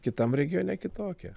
kitam regione kitokie